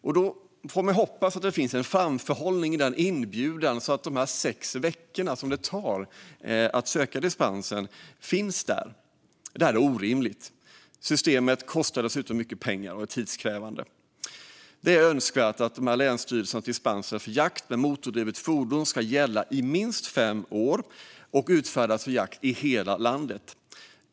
Då får man hoppas att det finns framförhållning i inbjudan för de sex veckor som det tar att söka dispens. Detta är orimligt. Systemet kostar dessutom mycket pengar och är tidskrävande. Det är önskvärt att länsstyrelsernas dispenser för jakt med motordrivet fordon gäller i minst fem år och utfärdas för jakt i hela landet.